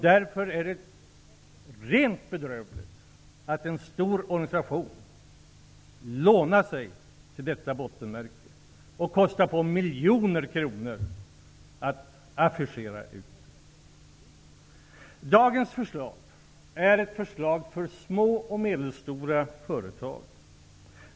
Därför är det rent bedrövligt att en stor organisation lånar sig till detta bottenmärke och kostar på miljoner kronor för att affischera detta budskap. Dagens förslag är ett förslag för små och medelstora företag.